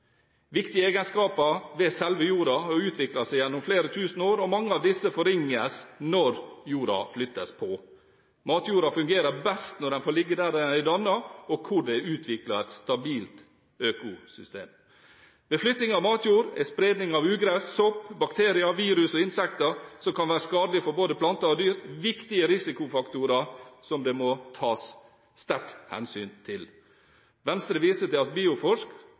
seg gjennom flere tusen år, og mange av disse forringes når jorda flyttes på. Matjorda fungerer best når den får ligge der den er dannet, og der det er utviklet et stabilt økosystem. Ved flytting av matjord er spredning av ugress, sopp, bakterier, virus og insekter som kan være skadelige for både planter og dyr, viktige risikofaktorer som det må tas sterkt hensyn til. Venstre viser til at Bioforsk